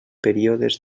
períodes